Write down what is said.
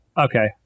Okay